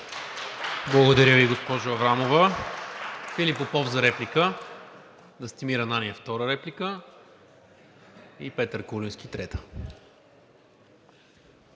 Благодаря Ви, госпожо Аврамова. Филип Попов за реплика. Настимир Ананиев – втора реплика, Петър Куленски – трета.